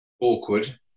awkward